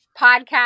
podcast